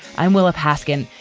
i'm willa paskin.